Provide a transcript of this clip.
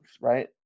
right